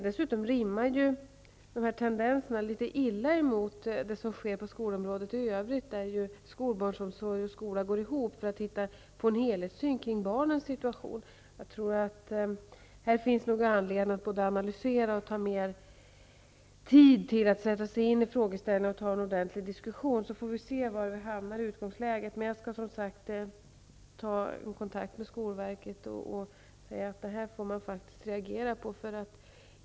Dessutom rimmar tendenserna litet illa med vad som sker på skolområdet i övrigt, där ju skolbarnsomsorgen och skolan går ihop för att hitta en helthetssyn kring barnens situation. Här finns det anledning att både analysera och ta mer tid till att sätta sig in i frågorna och föra en ordentlig diskussion. Sedan får vi se var vi hamnar. Jag skall som sagt ta kontakt med skolverket, för det här är faktiskt någonting man måste reagera på.